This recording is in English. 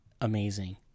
amazing